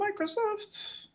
microsoft